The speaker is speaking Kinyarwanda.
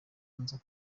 nza